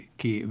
che